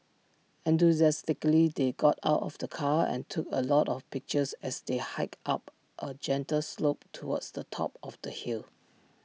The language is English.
enthusiastically they got out of the car and took A lot of pictures as they hiked up A gentle slope towards the top of the hill